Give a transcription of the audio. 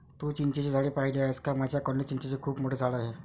तू चिंचेची झाडे पाहिली आहेस का माझ्या कॉलनीत चिंचेचे खूप मोठे झाड आहे